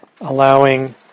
allowing